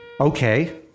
Okay